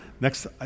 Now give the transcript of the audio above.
next